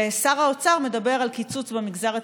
ושר האוצר מדבר על קיצוץ במגזר הציבורי.